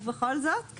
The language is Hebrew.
ובכל זאת,